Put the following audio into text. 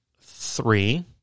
three